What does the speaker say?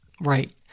Right